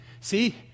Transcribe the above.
See